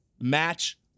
Match